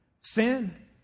sin